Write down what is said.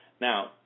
Now